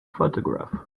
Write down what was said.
photograph